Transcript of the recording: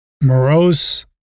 morose